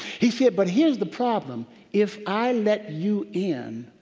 he said, but here's the problem if i let you in,